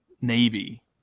Navy